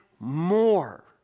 more